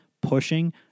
pushing –